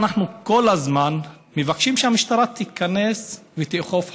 אנחנו כל הזמן מבקשים שהמשטרה תיכנס ותאכוף חוק.